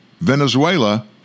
Venezuela